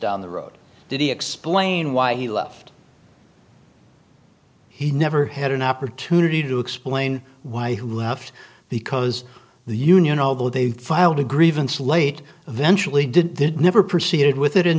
down the road did he explain why he left he never had an opportunity to explain why he left because the union although they filed a grievance late eventually did did never proceed with it